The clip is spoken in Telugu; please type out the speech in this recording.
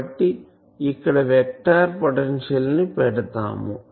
కాబట్టి ఇక్కడ వెక్టార్ పొటెన్షియల్ ని పెడతాము